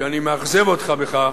שאני מאכזב אותך בכך,